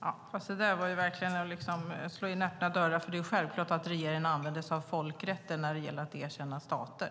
Herr talman! Det där var verkligen att slå in öppna dörrar. Det är självklart att regeringen använder sig av folkrätten när det gäller att erkänna stater.